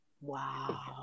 Wow